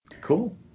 Cool